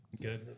good